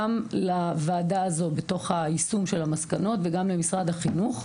גם לוועדה הזאת בתוך היישום של המסקנות וגם למשרד החינוך,